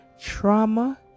trauma